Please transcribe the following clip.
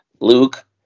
Luke